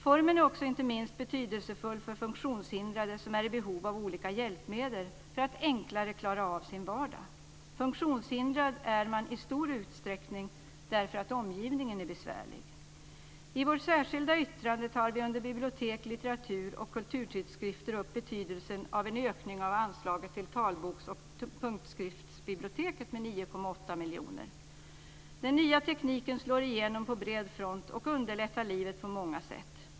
Formen är också inte minst betydelsefull för funktionshindrade som är i behov av olika hjälpmedel för att enklare klara av sin vardag. Funktionshindrad är man i stor utsträckning därför att omgivningen är besvärlig. I vårt särskilda yttrande tar vi under Bibliotek, litteratur och kulturtidskrifter upp betydelsen av en ökning av anslaget till Talboks och punktskriftsbiblioteket med 9,8 miljoner. Den nya tekniken slår igenom på bred front och underlättar livet på många sätt.